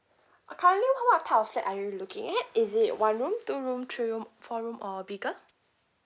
uh currently what type of flat are you looking at is it one room two room three room four room or bigger